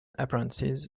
appearances